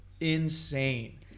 insane